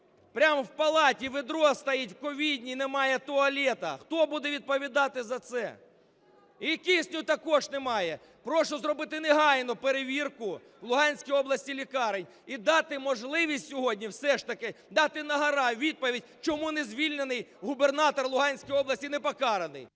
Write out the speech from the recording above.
Прямо в палаті відро стоїть, в ковідній, немає туалету. Хто буде відповідати за це? І кисню також немає. Прошу зробити негайну перевірку в Луганській області лікарень і дати можливість сьогодні все ж таки дати на-гора відповідь, чому не звільнений губернатор Луганської області і не покараний.